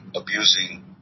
abusing